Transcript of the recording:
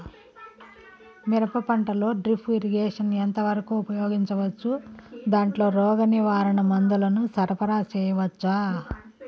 మిరప పంటలో drip irrigation ఎంత వరకు ఉపయోగించవచ్చు, దాంట్లో రోగ నివారణ మందుల ను సరఫరా చేయవచ్చా?